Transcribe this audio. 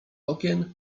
okien